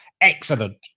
excellent